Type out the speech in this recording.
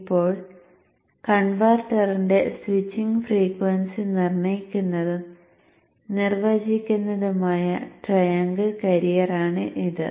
ഇപ്പോൾ കൺവെർട്ടറിന്റെ switching frequency നിർണ്ണയിക്കുന്നതും നിർവചിക്കുന്നതുമായ ട്രയാംഗിൾ കാരിയറാണ് ഇത്